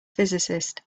physicist